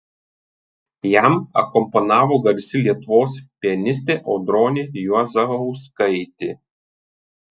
jam akompanavo garsi lietuvos pianistė audronė juozauskaitė